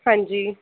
ਹਾਂਜੀ